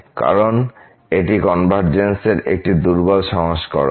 কারণ এটি কনভারজেন্সের একটি দুর্বল সংস্করণ